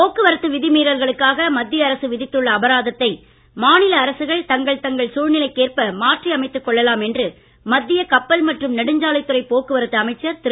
போக்குவரத்து விதிமீறல்களுக்காக மத்திய அரசு விதித்துள்ள அபராதத்தை மாநில அரசுகள் தங்கள் தங்கள் சூழ்நிலைக்கேற்ப மாற்றியமைத்துக் கொள்ளலாம் என்று மத்திய கப்பல் மற்றும் நெடுஞ்சாலைத்துறை போக்குவரத்து அமைச்சர் திரு